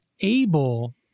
able